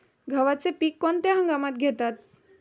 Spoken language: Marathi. गव्हाचे पीक कोणत्या हंगामात घेतात?